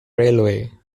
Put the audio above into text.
railway